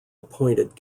appointed